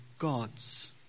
God's